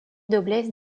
noblesse